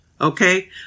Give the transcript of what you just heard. Okay